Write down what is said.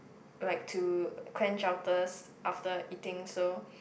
like to quench our thirst after eating so